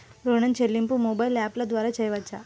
ఋణం చెల్లింపు మొబైల్ యాప్ల ద్వార చేయవచ్చా?